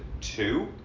two